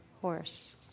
horse